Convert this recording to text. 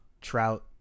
trout